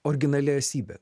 originali esybė